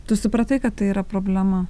tu supratai kad tai yra problema